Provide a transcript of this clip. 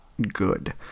good